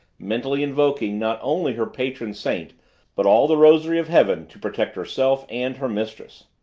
mentally invoking not only her patron saint but all the rosary of heaven to protect herself and her mistress.